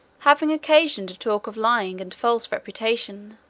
having occasion to talk of lying and false representation,